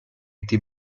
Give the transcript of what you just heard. été